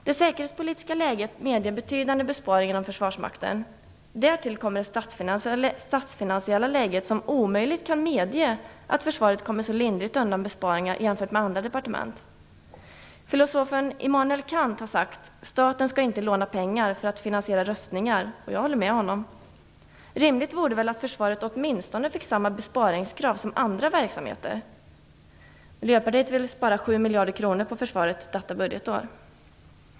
Det säkerhetspolitiska läget medger betydande besparingar inom försvarsmakten. Därtill kommer det statsfinansiella läget som omöjligt kan medge att försvaret kommer så lindrigt undan vad gäller besparingar jämfört med andra departement. Filosofen Immanuel Kant har sagt att staten inte skall låna pengar för att finansiera rustningar. Jag håller med! Rimligt vore väl att försvaret åtminstone får samma besparingskrav som andra verksamheter. Miljöpartiet vill spara 7 miljarder kronor på försvaret detta budgetår.